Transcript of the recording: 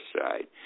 side